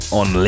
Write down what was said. on